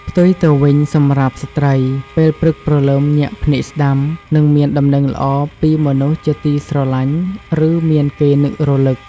ផ្ទុយទៅវិញ សម្រាប់ស្រ្តី ពេលព្រឹកព្រលឹម ញាក់ភ្នែកស្តាំ នឹងមានដំណឹងល្អពីមនុស្សជាទីស្រឡាញ់ ឬមានគេនឹករឭក។